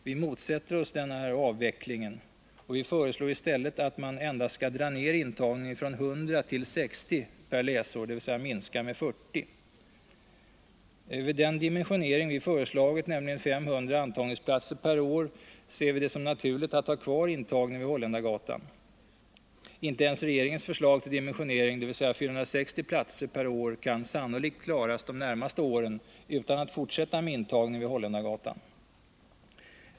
Vi motsätter oss denna avveckling. Vi föreslår i stället att man endast skall dra ner intagningen från 100 till 60 per läsår, dvs. minska med 40. Vid den dimensionering vi föreslagit, nämligen 500 antagningsplatser per år, ser vi det som naturligt att ha kvar intagning vid Holländargatan. Inte ens regeringens förslag till dimensionering, dvs. 460 platser per år, kan sannolikt klaras de närmaste åren utan en fortsatt intagning vid Holländargatan.